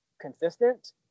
consistent